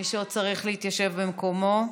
מי שצריך יתיישב במקומו.